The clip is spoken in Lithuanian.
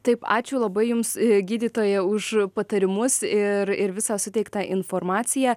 taip ačiū labai jums gydytoja už patarimus ir ir visą suteiktą informaciją